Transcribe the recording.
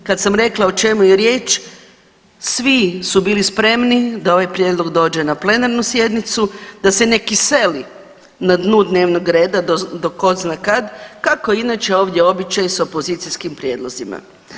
Kad sam rekla o čemu je riječ svi su bili spremni da ovaj prijedlog dođe na plenarnu sjednicu, da se ne kiseli na dnu dnevnog reda do tko zna kad kako je inače ovdje običaj s opozicijskim prijedlozima.